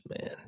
man